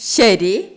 ശരി